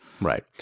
Right